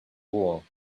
wool